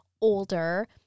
older